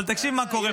אבל תקשיב מה שקורה פה.